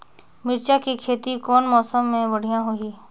मिरचा के खेती कौन मौसम मे बढ़िया होही?